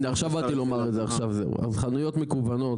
הנה עכשיו באתי לומר את זה, אז חנויות מקוונות,